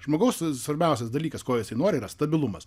žmogaus svarbiausias dalykas ko jisai nori yra stabilumas